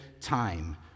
time